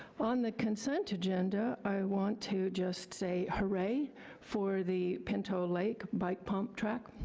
on the consent agenda, i want to just say hurray for the pinto lake bike pump track.